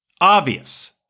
obvious